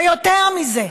ויותר מזה,